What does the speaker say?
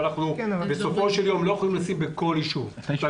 אנחנו לא יכולים לשים בכל ישוב, אבל